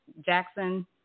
Jackson